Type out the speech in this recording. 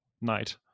night